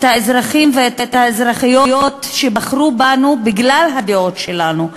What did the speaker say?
את האזרחים ואת האזרחיות שבחרו בנו בגלל הדעות שלנו,